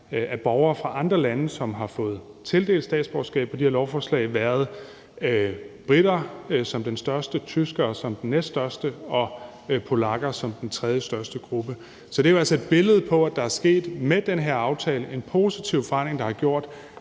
af borgere fra andre lande, som har fået tildelt statsborgerskab via lovforslaget, været briter som den største, tyskere som den næststørste og polakker som den tredjestørste gruppe. Så det er jo altså et billede på, at der med den her aftale er sket en positiv forandring, der har gjort,